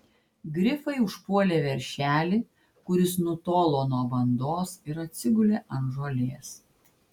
grifai užpuolė veršelį kuris nutolo nuo bandos ir atsigulė ant žolės